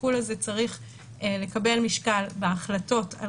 השיקול הזה צריך לקבל משקל בהחלטות על